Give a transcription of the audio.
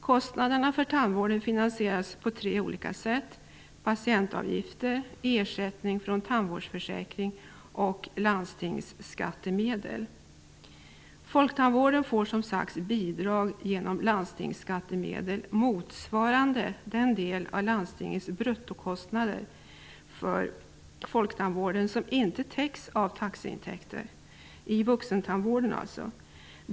Kostnaderna för tandvården finansieras på tre olika sätt: genom patientavgifter, ersättning från tandvårdsförsäkringen och landstingsskattemedel. Folktandvården får som sagt bidrag genom landstingsskattemedel motsvarande den del av landstingets bruttokostnader för folktandvården som inte täcks av taxeintäkter. Detta gäller alltså vuxentandvården.